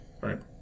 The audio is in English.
right